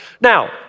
Now